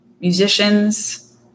Musicians